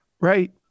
right